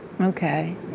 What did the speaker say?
Okay